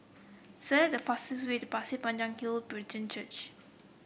select the fastest way to Pasir Panjang Hill Brethren Church